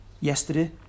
yesterday